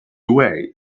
away